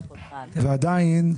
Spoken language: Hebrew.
ועדיין,